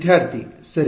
ವಿದ್ಯಾರ್ಥಿ ಸರಿ